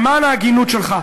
למען ההגינות שלך,